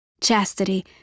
Chastity